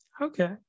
Okay